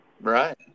Right